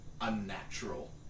unnatural